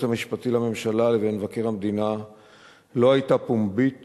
המשפטי לממשלה לבין מבקר המדינה לא היתה פומבית